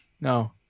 No